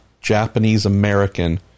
Japanese-American